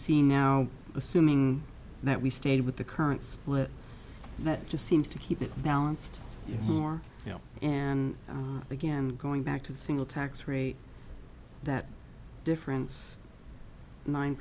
see now assuming that we stayed with the current split that just seems to keep it balanced for now and again going back to the single tax rate that difference nine